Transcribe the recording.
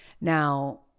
Now